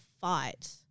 fight